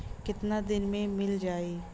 कितना दिन में मील जाई?